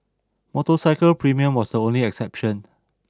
motorcycle premium was the only exception